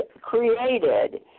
created